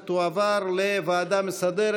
ומקצועות בענף הרכב (תיקון מס' 6),